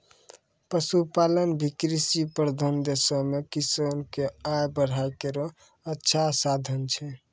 पशुपालन भी कृषि प्रधान देशो म किसान क आय बढ़ाय केरो अच्छा साधन छै